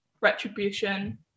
retribution